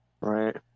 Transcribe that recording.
Right